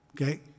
Okay